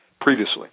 previously